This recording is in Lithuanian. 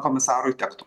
komisarui tektų